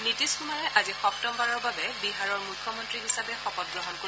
নীতিশ কুমাৰে আজি সপ্তমবাৰৰ বাবে বিহাৰৰ মুখ্যমন্ত্ৰী হিচাপে শপতগ্ৰহণ কৰিব